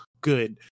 good